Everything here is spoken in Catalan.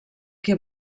que